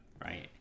right